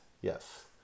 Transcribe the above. yes